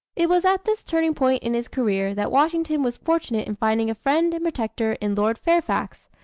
it was at this turning point in his career that washington was fortunate in finding a friend and protector in lord fairfax,